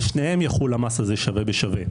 על שניהם יחול המס הזה שווה בשווה.